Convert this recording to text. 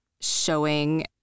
showing